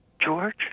George